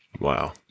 Wow